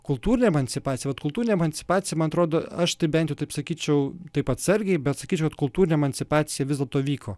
kultūrinė emancipacija vat kultūrinė emancipacija man atrodo aš tai bent jau taip sakyčiau taip atsargiai bet sakyčiau vat kultūrinė emancipacija vis dėlto vyko